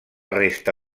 resta